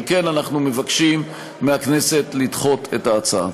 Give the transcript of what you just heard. על כן, אנחנו מבקשים מהכנסת לדחות את ההצעה.